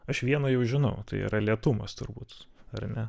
aš vieną jau žinau tai yra lėtumas turbūt ar ne